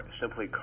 simply